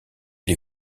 les